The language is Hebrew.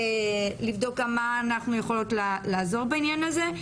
לבדוק גם במה אנחנו יכולות לעזור בעניין הזה.